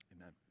amen